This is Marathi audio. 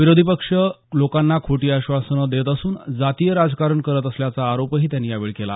विरोधी पक्ष लोकांना खोटी आश्वासनं देत असून जातीय राजकारण करत असल्याचा आरोपही त्यांनी यावेळी केला